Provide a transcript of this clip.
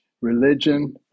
religion